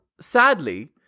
sadly